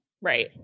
Right